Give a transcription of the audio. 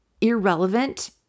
irrelevant